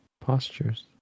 postures